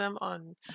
on